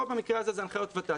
במקרה הזה אלה הנחיות ות"ת.